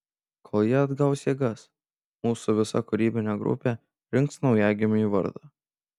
kol ji atgaus jėgas mūsų visa kūrybinė grupė rinks naujagimiui vardą